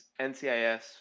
NCIS